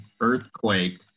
earthquake